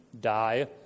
die